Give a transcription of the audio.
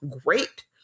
great